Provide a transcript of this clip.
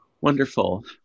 Wonderful